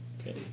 Okay